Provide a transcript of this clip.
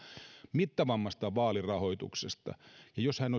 mittavammasta vaalirahoituksesta jos hän